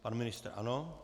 Pan ministr ano.